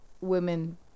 women